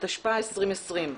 התשפ"א-2020.